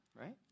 right